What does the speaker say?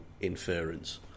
inference